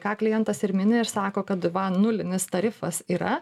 ką klientas ir mini ir sako kad va nulinis tarifas yra